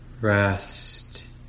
rest